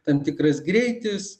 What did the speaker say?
tam tikras greitis